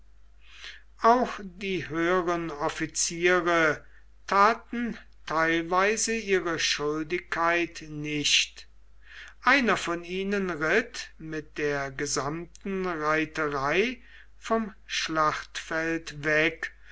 auch die höheren offiziere taten teilweise ihre schuldigkeit nicht einer von ihnen ritt mit der gesamten reiterei vom schlachtfeld weg